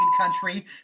country